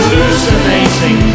Hallucinating